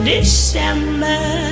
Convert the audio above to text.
December